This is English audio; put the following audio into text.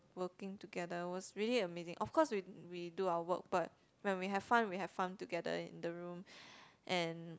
working together was really amazing of course we we do our work but when we have fun we have fun together in the room and